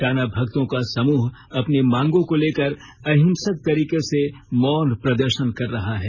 टाना भगतों का समूह अपनी मांगों को लेकर अर्हिसक तरीके से मौन प्रदर्शन कर रहा है